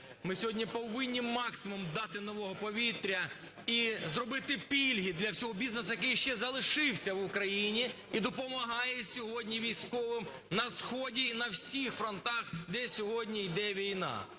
ми сьогодні повинні максимум дати нового повітря і зробити пільги для всього бізнесу, який ще залишився в Україні і допомагає сьогодні військовим на сході і на всіх фронтах, де сьогодні йде війна.